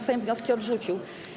Sejm wnioski odrzucił.